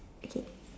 okay